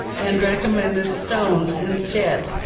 and recommended stones instead.